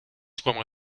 soient